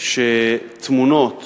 שטמונות